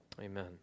Amen